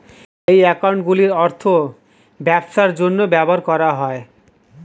এই অ্যাকাউন্টগুলির অর্থ ব্যবসার জন্য ব্যবহার করা হয়